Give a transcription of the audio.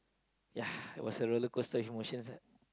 ya it was a rollercoaster of emotions ah